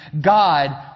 God